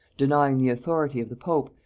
denying the authority of the pope,